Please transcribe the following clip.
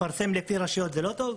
לפרסם לפי רשויות זה לא טוב?